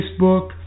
Facebook